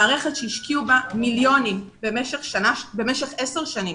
מערכת שהשקיעו בה מיליונים במשך 10 שנים.